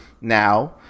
now